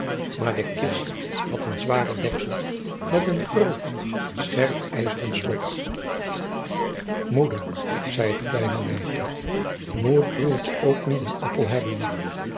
maar de kist had een zwaren deksel met een groot scherp ijzeren slot moeder zei het kleine meisje moet broertje ook niet een appel hebben